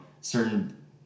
certain